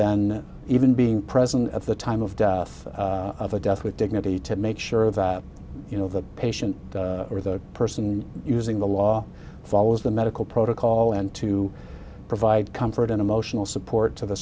then even being present at the time of death of a death with dignity to make sure that you know the patient or the person using the law follows the medical protocol and to provide comfort in emotional support to the